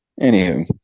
anywho